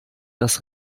dass